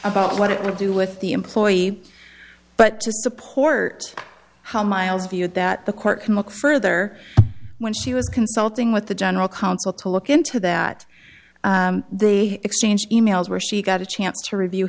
about what it would do with the employee but to support how miles viewed that the court can look further when she was consulting with the general counsel to look into that they exchanged e mails where she got a chance to review